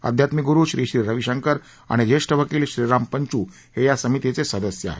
अध्यात्मिक गुरु श्री श्री रवीशंकर आणि ज्येष्ठ वकील श्रीराम पंचू हे या समितीचे सदस्य आहेत